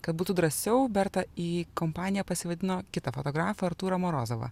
kad būtų drąsiau berta į kompaniją pasivadino kitą fotografą artūrą morozovą